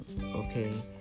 okay